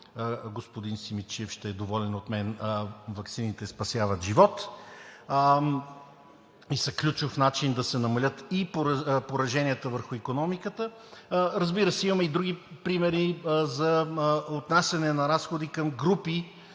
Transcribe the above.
господин Симидчиев ще е доволен от мен – ваксините спасяват живот, и са ключов начин да се намалят и пораженията върху икономиката. Разбира се, имаме и други примери за отнасяне на разходи към групи